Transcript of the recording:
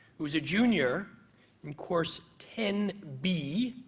who's a junior and course ten b,